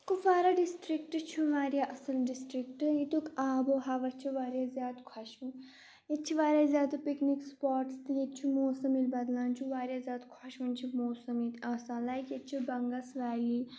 کُپوارا ڈِسٹرٛکٹہٕ چھُ واریاہ اَصٕل ڈِسٹرٛکٹہٕ ییٚتیُک آب و ہوا چھُ واریاہ زیادٕ خۄشوُن ییٚتہِ چھِ واریاہ زیادٕ پِکنِک سُپارٹٕس تہٕ ییٚتہِ چھُ موسم ییٚلہِ بَدلان چھُ واریاہ زیادٕ خۄشوُن چھُ موسم ییٚتہِ آسان لایک ییٚتہِ چھِ بَنٛگَس ویلی